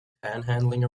panhandling